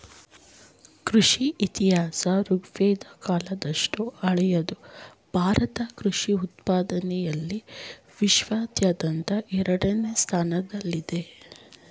ಕೃಷಿ ಇತಿಹಾಸ ಋಗ್ವೇದ ಕಾಲದಷ್ಟು ಹಳೆದು ಭಾರತ ಕೃಷಿ ಉತ್ಪಾದನೆಲಿ ವಿಶ್ವಾದ್ಯಂತ ಎರಡನೇ ಸ್ಥಾನದಲ್ಲಿದೆ